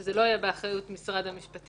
שזה לא יהיה באחריות משרד המשפטים.